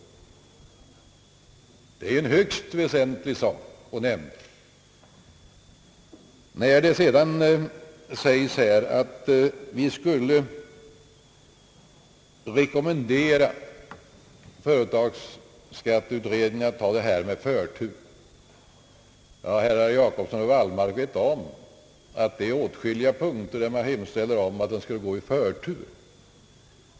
Detta är en högst väsentlig sak, som bör nämnas. Då det gäller yrkandet att vi skulle rekommendera företagsskatteutredningen att behandla denna fråga med förtur, så känner herrar Jacobsson och Wallmark till att man hemställer om förtur i åtskilliga sammanhang.